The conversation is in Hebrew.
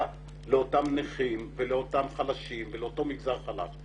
לאותם נכים ולאותם חלשים ולאותו מגזר חלש.